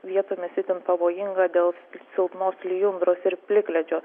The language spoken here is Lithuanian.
vietomis itin pavojinga dėl silpnos lijundros ir plikledžio